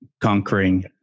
conquering